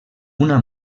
una